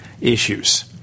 issues